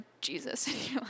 Jesus